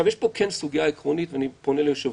כן יש פה סוגיה עקרונית, ואני פונה ליושב-ראש.